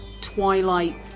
twilight